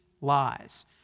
lies